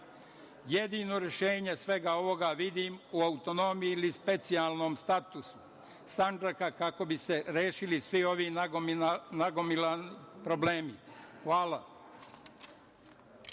Jedino rešenje svega ovoga vidim u autonomiji ili specijalnom statusu Sandžaka, kako bi se rešili svi ovi nagomilani problemi. Hvala.